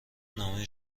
نامه